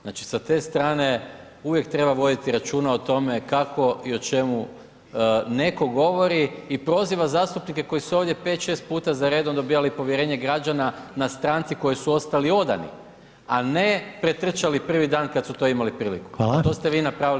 Znači, sa te strane uvijek treba voditi računa o tome kako i o čemu netko govori i proziva zastupnike koji su ovdje 5-6 puta za redom dobivali povjerenje građana na stranci kojoj su ostali odani, a ne pretrčali prvi dan kad su to imali priliku [[Upadica: Hvala]] , a to ste vi napravili g. Mišiću.